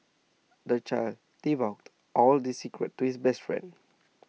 the child divulged all his secrets to his best friend